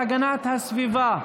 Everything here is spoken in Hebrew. והגנת הסביבה.